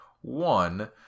One